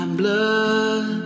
blood